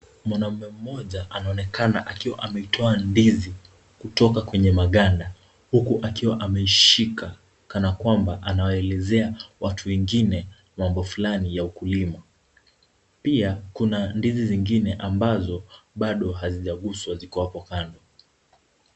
Mwanaune mmoja anaonekana akiwa ameitoa ndizi kutoka kwenye maganda huku akiwa ameshika kana kwamba anaelezea watu wengine mambo fulani ya ukulima. Pia kuna ndizi zingine ambazo bado hazijaguswa ziko hapo kando.